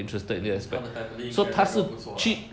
cause 他们 family 应该 background 不错啊